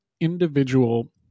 individual